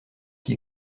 qui